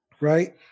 right